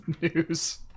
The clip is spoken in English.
news